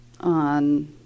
on